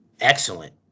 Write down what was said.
Excellent